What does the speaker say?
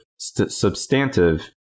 substantive